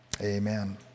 amen